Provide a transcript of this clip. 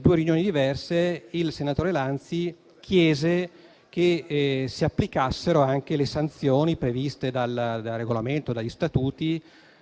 due riunioni diverse, il senatore Lanzi chiese che si applicassero anche le sanzioni previste dal Regolamento e dagli statuti